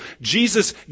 Jesus